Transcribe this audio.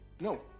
no